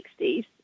1960s